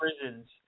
prisons